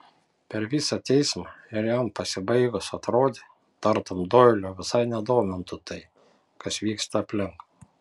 per visą teismą ir jam pasibaigus atrodė tartum doilio visai nedomintų tai kas vyksta aplink